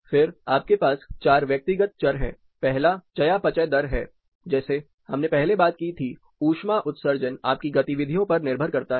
फिर आपके पास चार व्यक्तिगत चर हैं पहला चयापचय दर है जैसे हमने पहले बात की थी ऊष्मा उत्सर्जन आपकी गतिविधियों पर निर्भर करता है